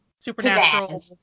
supernatural